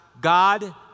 God